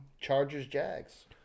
Chargers-Jags